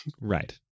Right